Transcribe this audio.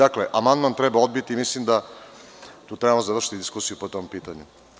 Amandman treba odbiti i mislim da treba završiti diskusiju po tom pitanju.